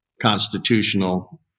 constitutional